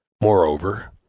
Moreover